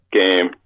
game